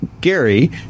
Gary